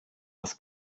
das